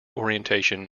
orientation